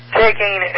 taking